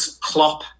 Klopp